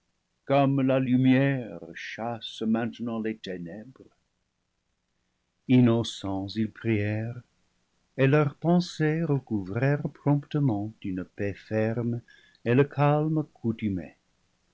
comme la lumière chasse maintenant les ténèbres innocents ils prièrent et leurs pensées recouvrèrent promptement une paix ferme et le calme